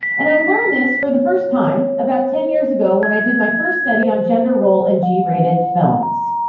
and i learned this for the first time about ten years ago when i did my first study on gender role in g-rated films.